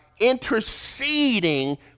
interceding